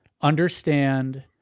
understand